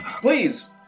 please